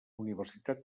universitat